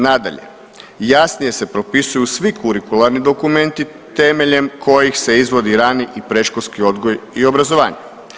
Nadalje, jasnije se propisuju svi kurikularni dokumenti temeljem kojih se izvodi rani i predškolski odgoj i obrazovanje.